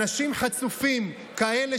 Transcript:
אנשים חצופים כאלה,